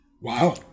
Wow